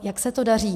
Jak se to daří?